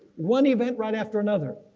one event right after another.